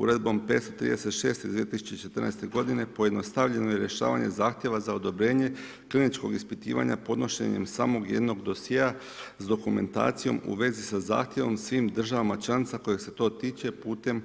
Uredbom 536 iz 2014. godine pojednostavljeno je rješavanje zahtjeva za odobrenje kliničkog ispitivanja podnošenjem samo jednog dosjea s dokumentacijom u vezi sa zahtjevom svim državama članica koje se to tiče putem